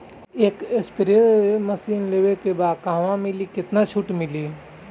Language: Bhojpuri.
एक स्प्रे मशीन लेवे के बा कहवा मिली केतना छूट मिली?